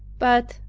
but,